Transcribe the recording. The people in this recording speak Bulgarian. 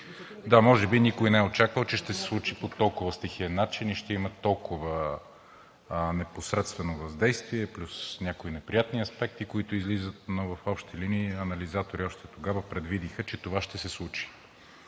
Да, може би никой не е очаквал, че ще се случи по толкова стихиен начин и ще има толкова непосредствено въздействие, плюс някои неприятни аспекти, които излизат, но в общи линии анализатори още тогава предвидиха, че това ще се случи,